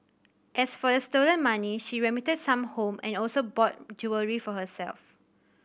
as for the stolen money she remitted some home and also bought jewellery for herself